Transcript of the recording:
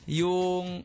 yung